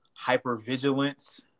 hypervigilance